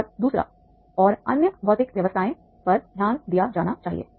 और दूसरा और और अन्य भौतिक व्यवस्थाओं पर ध्यान दिया जाना चाहिए